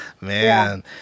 Man